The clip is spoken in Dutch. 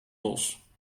los